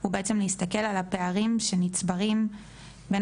הוא בעצם להסתכל על הפערים שנצברים בין